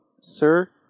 sir